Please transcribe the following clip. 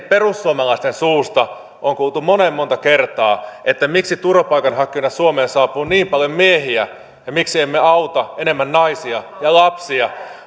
perussuomalaisten suusta on kuultu monen monta kertaa että miksi turvapaikanhakijoina suomeen saapuu niin paljon miehiä ja miksi emme auta enemmän naisia ja lapsia